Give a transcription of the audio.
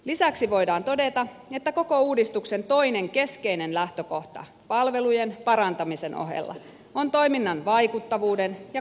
lisäksi voidaan todeta että koko uudistuksen toinen keskeinen lähtökohta palvelujen parantamisen ohella on toiminnan vaikuttavuuden ja kustannustehokkuuden parantaminen